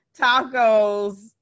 tacos